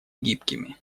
гибкими